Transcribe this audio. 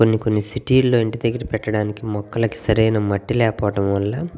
కొన్ని కొన్ని సిటీల్లో ఇంటి దగ్గర పెట్టడానికి మొక్కలకి సరైన మట్టి లేక పోవటం వల్ల